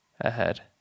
ahead